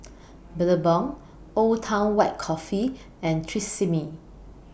Billabong Old Town White Coffee and Tresemme